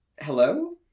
Hello